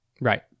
Right